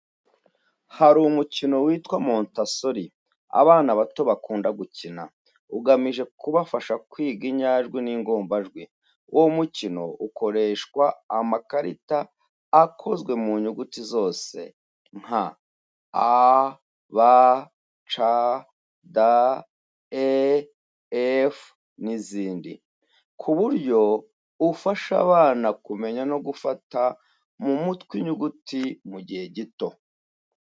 Hari umukino witwa Montessori abana bato bakunda gukina, ugamije kubafasha kwiga inyajwi n’ingombajwi. Uwo mukino ukoreshwamo amakarita akozwe mu nyuguti zose nka a, b, c, d, e, f n’izindi, ku buryo ufasha abana kumenya no gufata mu mutwe inyuguti mu gihe gito.